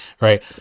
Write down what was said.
Right